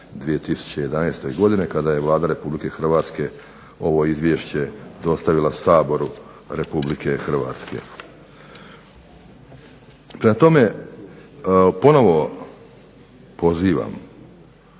2011. godine kada je Vlada Republike Hrvatske ovo izvješće dostavila Saboru Republike Hrvatske. Prema tome, ponovo pozivam